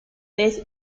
vez